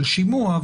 של שימוע,